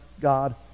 God